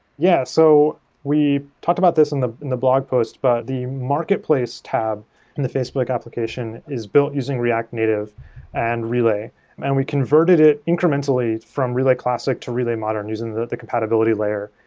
yeah. so we talked about this and in the blog post. but the marketplace tab in the facebook application is built using react native and relay and we converted it incrementally from relay classic to relay modern using the the compatibility layer.